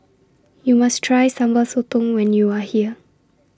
YOU must Try Sambal Sotong when YOU Are here